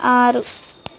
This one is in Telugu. ఆరు